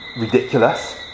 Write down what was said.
ridiculous